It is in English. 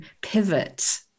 pivot